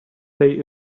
say